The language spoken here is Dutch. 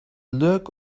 leuk